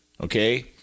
okay